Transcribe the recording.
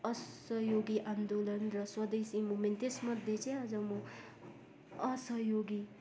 असहयोगी आन्दोलन र स्वदेशी मुभमेन्ट त्यसमध्ये चाहिँ अझ म असहयोगी